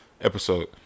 episode